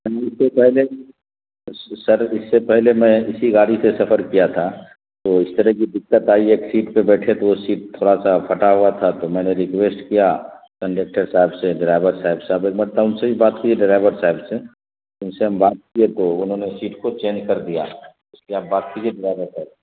اس سے پہلے سر اس سے پہلے میں اسی گاڑی سے سفر کیا تھا تو اس طرح کی دقت آئی ایک سیٹ پہ بیٹھے تو وہ سیٹ تھوڑا سا پھٹا ہوا تھا تو میں نے ریکویسٹ کیا کنڈیکٹر صاحب سے ڈرائیور صاحب سے آپ ایک مرتبہ ان سے بھی بات کیجیے ڈرائیور صاحب سے ان سے ہم بات کیے تو انہوں نے سیٹ کو چینج کر دیا اس کی آپ بات کیجیے ڈرائیور صاحب